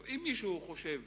אם מישהו חושב